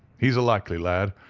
he's a likely lad,